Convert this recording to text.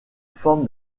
forme